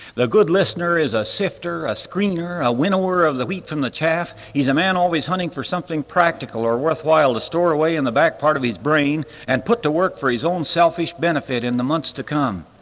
the good listener is a sifter, a screener, a winnower of the wheat from the chaff, he's a man always hunting for something practical or worthwhile to store away in the back part of his brain and put to work for his own selfish benefit in the months to come.